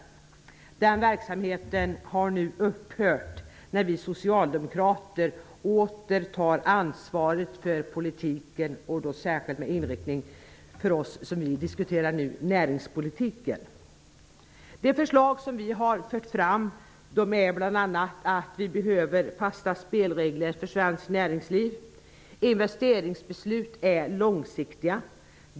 Den verksamheten har nu upphört när vi socialdemokrater åter tar ansvaret för politiken, och då särskilt den inriktning vi diskuterar nu, nämligen näringspolitiken. Det förslag som vi har fört fram ger de fasta spelregler som vi behöver för svenskt näringsliv. Investeringsbeslut är långsiktiga.